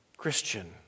Christian